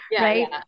right